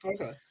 Okay